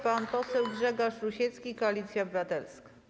Pan poseł Grzegorz Rusiecki, Koalicja Obywatelska.